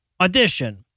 audition